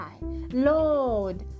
Lord